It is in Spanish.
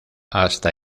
hasta